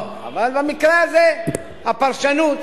אבל במקרה הזה הפרשנות,